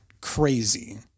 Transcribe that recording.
crazy